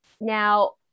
now